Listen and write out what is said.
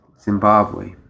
Zimbabwe